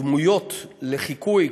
דמויות לחיקוי,